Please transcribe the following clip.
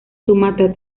sumatra